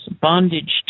bondage